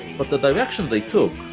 but the direction they took,